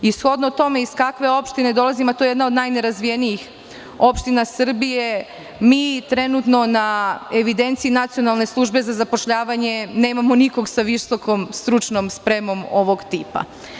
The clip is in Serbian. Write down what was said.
Shodno tome, iz kakve opštine dolazim, a to je jedna od najnerazvijenijih opština Srbije, mi trenutno na evidenciji Nacionalne službe za zapošljavanje nemamo nikog sa visokom stručnom spremom ovog tipa.